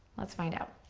let's find out.